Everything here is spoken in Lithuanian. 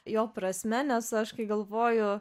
jo prasme nes aš kai galvoju